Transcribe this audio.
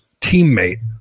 teammate